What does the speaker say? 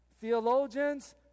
theologians